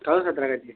சொல்லுங்கள்